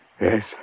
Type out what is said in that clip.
Yes